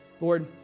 Lord